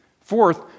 Fourth